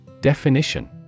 Definition